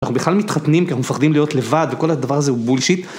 אנחנו בכלל מתחתנים, כי אנחנו מפחדים להיות לבד, וכל הדבר הזה הוא בולשיט.